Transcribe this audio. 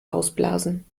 ausblasen